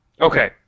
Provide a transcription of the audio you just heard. Okay